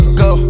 go